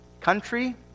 country